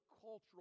cultural